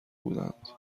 بودند